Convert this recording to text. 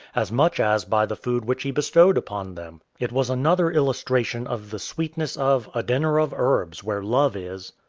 as much as by the food which he bestowed upon them. it was another illustration of the sweetness of a dinner of herbs, where love is.